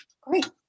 Great